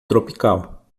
tropical